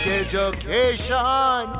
education